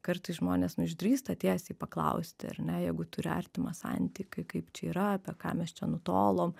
kartais žmonės nu išdrįsta tiesiai paklausti ar ne jeigu turi artimą santykį kaip čia yra apie ką mes čia nutolom